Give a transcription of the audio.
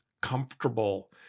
comfortable